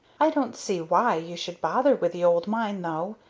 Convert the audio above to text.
i don't see why you should bother with the old mine, though.